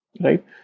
right